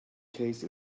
case